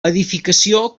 edificació